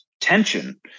tension